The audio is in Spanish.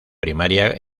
primaria